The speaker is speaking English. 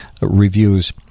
reviews